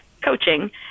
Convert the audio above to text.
coaching